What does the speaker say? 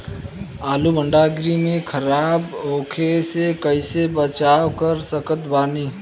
आलू भंडार गृह में खराब होवे से कइसे बचाव कर सकत बानी?